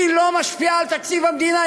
היא לא משפיעה על תקציב המדינה.